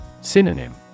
Synonym